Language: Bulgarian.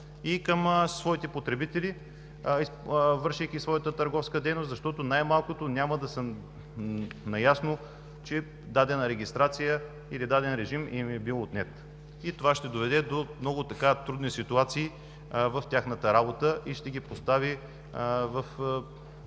и към своите потребители, вършейки своята търговска дейност, тъй като най-малкото няма да са наясно, че дадена регистрация или даден режим им е бил отнет. Това ще доведе до много трудни ситуации в тяхната работа и ще ги постави в невъзможност